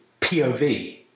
POV